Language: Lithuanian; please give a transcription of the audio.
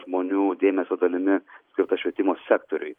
žmonių dėmesio dalimi skirta švietimo sektoriui